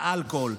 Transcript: לאלכוהול,